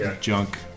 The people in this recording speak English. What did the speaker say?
junk